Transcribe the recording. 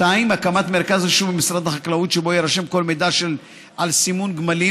2. הקמת מרכז רישום במשרד החקלאות שבו יירשם כל מידע על סימון גמלים,